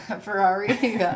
Ferrari